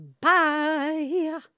Bye